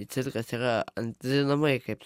cirkas yra antri namai kaip